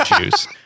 juice